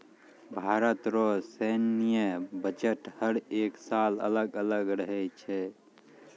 भारत रो सैन्य बजट हर एक साल अलग अलग रहै छै